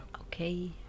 Okay